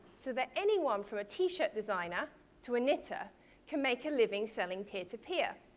so that anyone from a t-shirt designer to a knitter can make a living selling peer-to-peer.